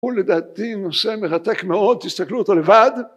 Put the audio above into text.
הוא לדעתי נושא מרתק מאוד תסתכלו אותו לבד